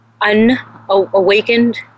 unawakened